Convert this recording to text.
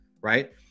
right